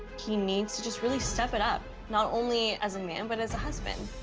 he needs to just really step it up not only as a man, but as a husband.